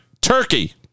Turkey